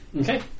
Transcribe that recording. Okay